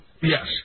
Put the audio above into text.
Yes